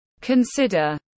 Consider